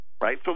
right